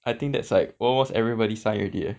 I think that's like almost everybody sign already eh